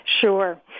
Sure